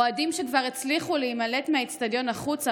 אוהדים שכבר הצליחו להימלט מהאצטדיון החוצה